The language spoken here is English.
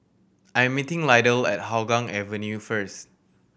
I'm meeting Lydell at Hougang Avenue first